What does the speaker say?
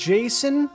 Jason